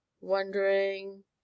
wondering